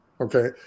Okay